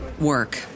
work